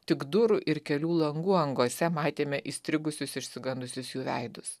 tik durų ir kelių langų angose matėme įstrigusius išsigandusius jų veidus